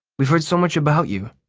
we've heard so much about you!